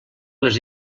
les